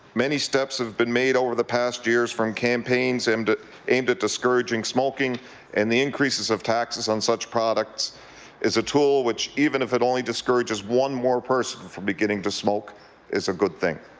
many steps have been made over the past years from campaigns aimed aimed at discouraging smoking and the increases of taxes on such products is a tool which even if it only discourages one more person from beginning to smoke is a good thing.